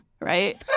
right